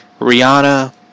Rihanna